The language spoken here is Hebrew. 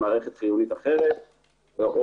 למערכת חיונית אחרת או